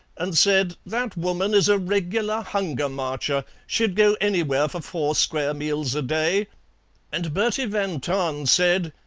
and said, that woman is a regular hunger marcher she'd go anywhere for four square meals a day and bertie van tahn said